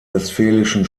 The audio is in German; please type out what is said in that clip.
westfälischen